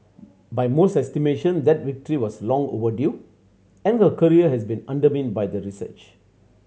by most estimation that victory was long overdue and her career has been undermined by the research